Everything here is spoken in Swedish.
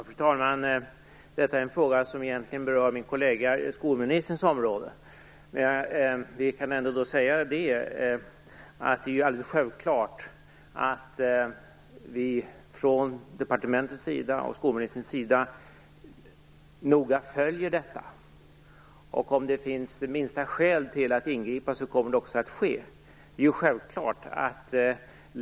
Fru talman! Denna fråga berör egentligen min kollega skolministerns område. Det är alldeles självklart att vi från departementet och skolministern noga följer detta. Om det finns minsta skäl till att ingripa kommer vi också att göra det.